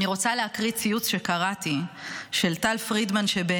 אני רוצה להקריא ציוץ של טל פרידמן שקראתי,